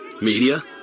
Media